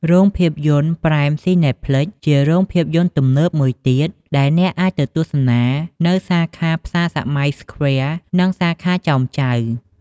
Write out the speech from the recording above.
រោងភាពយន្ត ប្រែមស៊ីនេផ្លិច (Prime Cineplex) ជារោងភាពយន្តទំនើបមួយទៀតដែលអ្នកអាចទៅទស្សនា នៅសាខា ផ្សារសម័យ សឃ្វែរ (Square) និងសាខា ចោមចៅ។